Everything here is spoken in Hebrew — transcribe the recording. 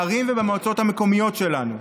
בערים ובמועצות המקומיות שלנו.